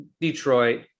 Detroit